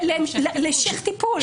להמשך טיפול.